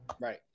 Right